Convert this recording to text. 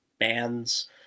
bands